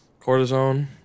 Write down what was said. Cortisone